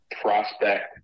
prospect